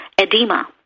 edema